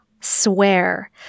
swear